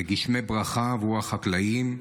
לגשמי ברכה בעבור החקלאים,